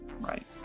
right